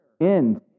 End